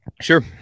sure